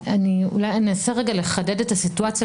אני אנסה לחדד את הסיטואציה,